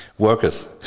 Workers